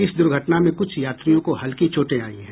इस दुर्घटना में कुछ यात्रियों को हल्की चोटे आयी है